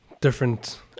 different